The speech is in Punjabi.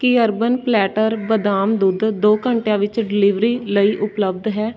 ਕੀ ਅਰਬਨ ਪਲੈੱਟਰ ਬਦਾਮ ਦੁੱਧ ਦੋ ਘੰਟਿਆਂ ਵਿੱਚ ਡਿਲੀਵਰੀ ਲਈ ਉਪਲੱਬਧ ਹੈ